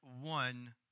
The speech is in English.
one